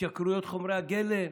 התייקרויות חומרי הגלם,